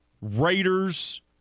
Raiders